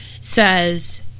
says